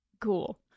cool